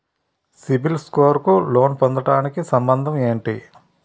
CIBIL score కు loan పొందటానికి సంబంధం ఏంటి?